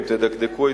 אם תדקדקו היטב,